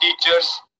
teachers